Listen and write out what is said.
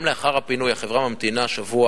גם לאחר הפינוי החברה ממתינה שבוע